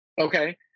Okay